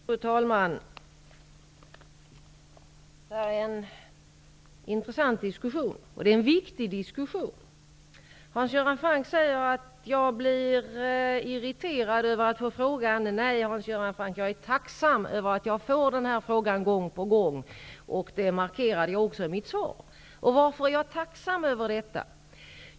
Fru talman! Det här är en intressant och viktig diskussion. Hans Göran Franck säger att jag blir irriterad över att få denna fråga. Nej, Hans Göran Franck, jag är tacksam över att jag får den här frågan gång på gång, och det markerade jag också i mitt svar. Varför är jag tacksam över detta?